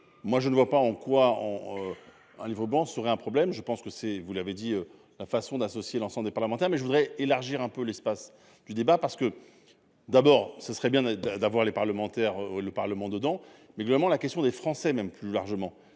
Moi je ne vois pas en quoi en. Enlève serait un problème, je pense que c'est, vous l'avez dit, la façon d'associer l'ensemble des parlementaires. Mais je voudrais élargir un peu l'espace du débat parce que. D'abord ça serait bien d'avoir les parlementaires le Parlement dedans mais évidemment la question des Français même plus largement